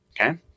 Okay